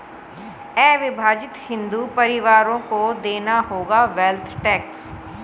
अविभाजित हिंदू परिवारों को देना होगा वेल्थ टैक्स